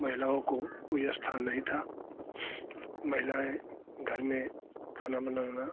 महिलाओं को कोई स्थान नहीं था महिलाएँ घर में खाना बनाना